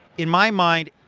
in my mind,